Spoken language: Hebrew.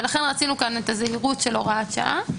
ולכן רצינו כאן את הזהירות של הוראת השעה.